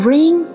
Ring